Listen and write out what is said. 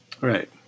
Right